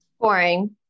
Boring